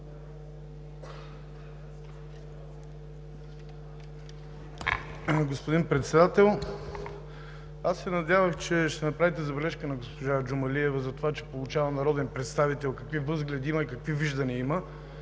Господин Председател, надявах се, че ще направите забележка на госпожа Джумалиева, затова че поучава народен представител какви възгледи има и какви виждания има